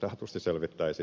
taatusti selvittäisin tämän antajatahon